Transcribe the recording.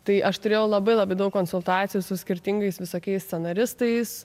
tai aš turėjau labai labai daug konsultacijų su skirtingais visokiais scenaristais